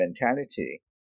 mentality